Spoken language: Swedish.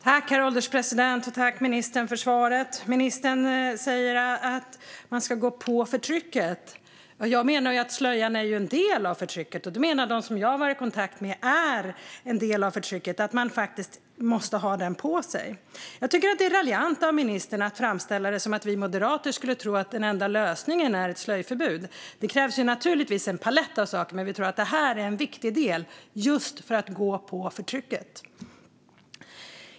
Herr ålderspresident! Tack, ministern, för svaret! Ministern säger att man ska gå på förtrycket. Jag menar att slöjan är en del av förtrycket. Det menar de som jag har varit i kontakt med är en del av förtrycket, att de måste ha den på sig. Jag tycker att det är raljant av ministern att framställa det som att vi moderater skulle tro att den enda lösningen är ett slöjförbud. Det krävs naturligtvis en palett av saker. Men vi tror att det är en viktig del just för att gå på förtrycket.